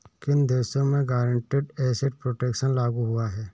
किन देशों में गारंटीड एसेट प्रोटेक्शन लागू हुआ है?